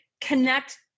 connect